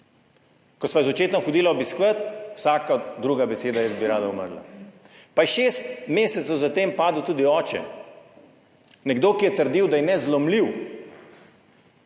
Ko sva jo z očetom hodila obiskovat, vsaka druga beseda je bila, jaz bi rada umrla. Pa je šest mesecev za tem padel tudi oče, nekdo, ki je trdil, da je nezlomljiv.